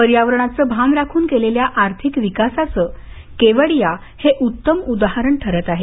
पर्यावरणाचं भान राखून केलेल्या आर्थिक विकासाचं केवडिया हे उत्तम उदाहरण आहे